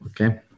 Okay